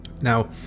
Now